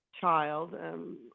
child